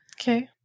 Okay